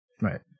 Right